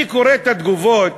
אני קורא את התגובות,